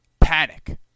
panic